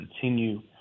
continue